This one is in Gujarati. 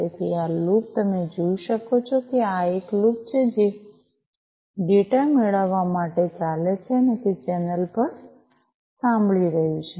તેથી આ લૂપ તમે જોઈ શકો છો કે આ એક લૂપ છે જે ડેટા મેળવવા માટે ચાલે છે તે ચેનલ પર સાંભળી રહ્યું છે